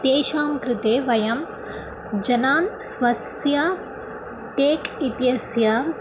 तेषां कृते वयं जनान् स्वस्य टेक् इत्यस्य